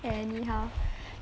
anyhow